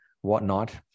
whatnot